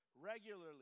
regularly